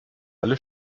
alle